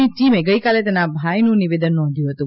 ની ટીમે ગઈકાલે તેના ભાઈનું નિવેદન નોંધ્યું હતું